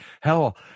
Hell